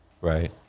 right